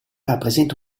rappresenta